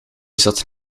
zat